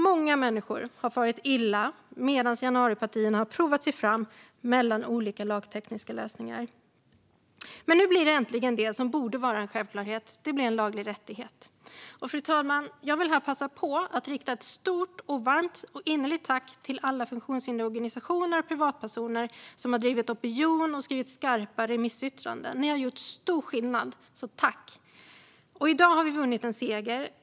Många människor har farit illa medan januaripartierna har provat sig fram med olika lagtekniska lösningar. Men nu blir äntligen det som borde vara en självklarhet en laglig rättighet. Fru talman! Jag vill passa på att rikta ett stort, varmt och innerligt tack till alla funktionshindersorganisationer och privatpersoner som har skapat opinion och skrivit skarpa remissyttranden. Ni har gjort stor skillnad, så tack! I dag har vi vunnit en seger.